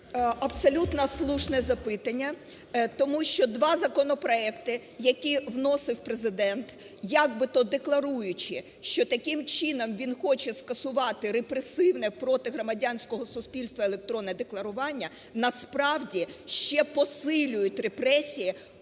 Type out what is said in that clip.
Абсолютно слушне запитання. Тому що два законопроекти, які вносив Президент, як би то декларуючи, що таким чином він хоче скасувати репресивне проти громадянського суспільства електронне декларування, насправді ще посилюють репресії